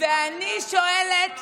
ואני שואלת: